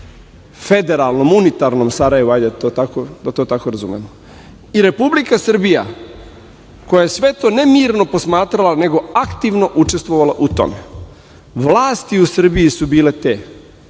Federalnom, unitarnom Sarajevu, da to tako razumemo i Republika Srbija koja je sve to ne mirno posmatrala, nego aktivno učestvovala u tome. Vlasti u Srbiji su bile te